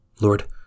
Lord